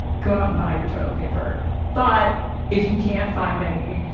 go out and buy your toilet paper but if you can't find any,